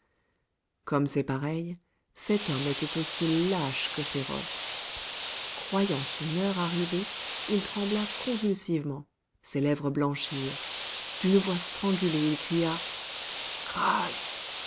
comme ses pareils cet homme était aussi lâche que féroce croyant son heure arrivée il trembla convulsivement ses lèvres blanchirent d'une voix strangulée il cria grâce